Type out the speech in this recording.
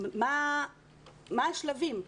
מה השלבים?